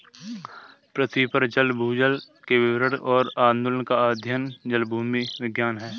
पृथ्वी पर जल भूजल के वितरण और आंदोलन का अध्ययन जलभूविज्ञान है